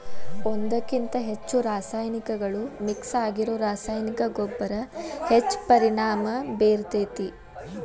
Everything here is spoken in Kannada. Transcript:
ಒಂದ್ಕಕಿಂತ ಹೆಚ್ಚು ರಾಸಾಯನಿಕಗಳು ಮಿಕ್ಸ್ ಆಗಿರೋ ರಾಸಾಯನಿಕ ಗೊಬ್ಬರ ಹೆಚ್ಚ್ ಪರಿಣಾಮ ಬೇರ್ತೇತಿ